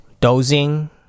Dozing